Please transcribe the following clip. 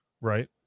Right